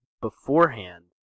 beforehand